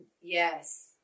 Yes